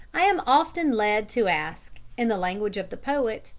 i am often led to ask, in the language of the poet,